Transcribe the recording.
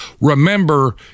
remember